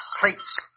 plates